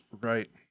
Right